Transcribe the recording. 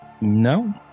No